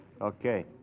Okay